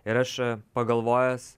ir aš pagalvojęs